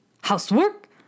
Housework